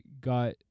got